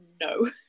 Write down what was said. no